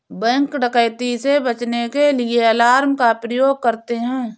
bank डकैती से बचने के लिए अलार्म का प्रयोग करते है